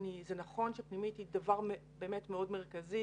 זה נכון שפנימית היא דבר מאוד מרכזי,